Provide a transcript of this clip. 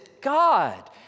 God